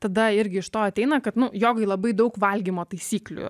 tada irgi iš to ateina kad nuo jo labai daug valgymo taisyklių